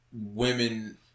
women